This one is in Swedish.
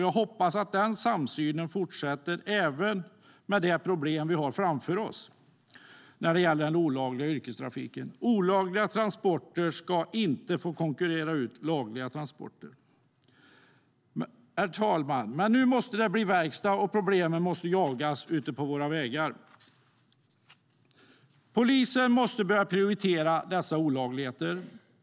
Jag hoppas att den samsynen fortsätter även med de problem som vi har framför oss när det gäller den olagliga yrkestrafiken. Olagliga transporter ska inte få konkurrera ut lagliga transporter. Herr talman! Nu måste det bli verkstad, och problemen måste jagas ute på våra vägar. Polisen måste börja prioritera dessa olagligheter.